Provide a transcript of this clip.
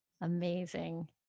Amazing